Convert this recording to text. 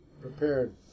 prepared